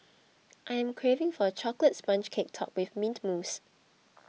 I am craving for a Chocolate Sponge Cake Topped with Mint Mousse